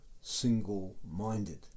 single-minded